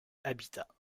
habitants